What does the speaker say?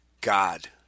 God